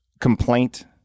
complaint